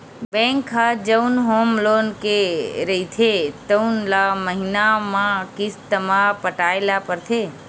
bank ह जउन home loan दे रहिथे तउन ल महिना म किस्त म पटाए ल परथे